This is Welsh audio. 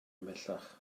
ymhellach